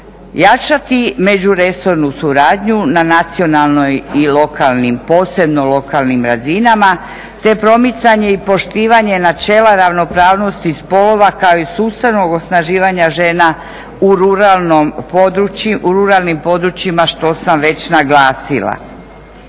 Jačati međuresornu suradnju na nacionalnoj i lokalnim, posebno lokalnim razinama te promicanje i poštivanje načela ravnopravnosti spolova kao i sustavnog osnaživanja žena u ruralnim područjima što sam već naglasila.